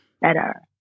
better